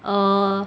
err